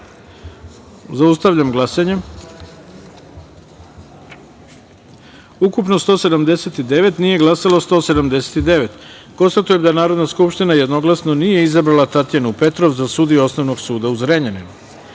taster. Zaustavljam glasanje: ukupno – 179, nije glasalo 179.Konstatujem da Narodna skupština jednoglasno nije izabrala Tatjanu Petrov za sudiju Osnovnog suda u Zrenjaninu.6.